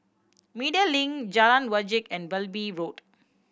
Media Link Jalan Wajek and Wilby Road